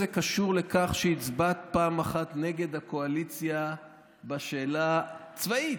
קשור לכך שהצבעת פעם אחת נגד הקואליציה בשאלה צבאית?